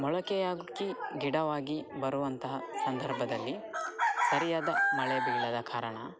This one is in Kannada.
ಮೊಳಕೆಯಾಗುಕ್ಕಿ ಗಿಡವಾಗಿ ಬರುವಂತಹ ಸಂದರ್ಭದಲ್ಲಿ ಸರಿಯಾದ ಮಳೆ ಬೀಳದ ಕಾರಣ